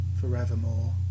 forevermore